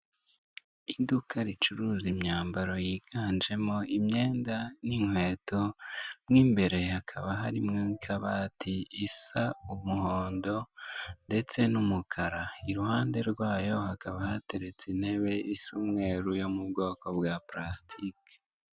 Iduka ricuruza imyambaro yiganjemo imyenda n'inkweto, mo imbere hakaba harimo akabati isa umuhondo ndetse n'umukara, iruhande rwayo hakaba hateretse intebe isa umweru yo mu bwoko bwa pulasitike.